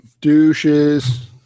Douches